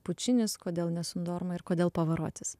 pučinis kodėl nesundorma ir kodėl pavarotis